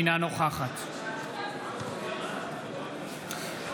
אינה נוכחת האם יש חברי כנסת נוכחים באולם שטרם